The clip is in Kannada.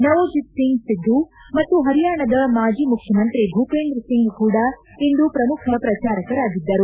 ನವೋಜಿತ್ ಸಿಂಗ್ ಸಿದ್ದು ಮತ್ತು ಹರಿಯಾಣದ ಮಾಜಿ ಮುಖ್ಯಮಂತ್ರಿ ಭೂಪೇಂದ್ರ ಸಿಂಗ್ ಹೊಡ ಇಂದು ಪ್ರಮುಖ ಪ್ರಚಾರಕರಾಗಿದ್ದರು